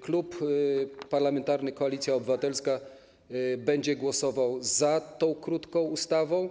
Klub Parlamentarny Koalicja Obywatelska będzie głosował za tą krótką ustawą